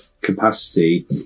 capacity